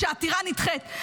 המשמעות היא שהעתירה נדחית.